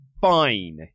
fine